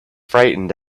frightened